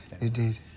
Indeed